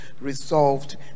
resolved